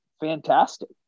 fantastic